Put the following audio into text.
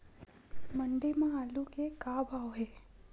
मंडी म आलू के का भाव हे?